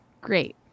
great